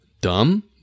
dumb